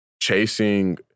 chasing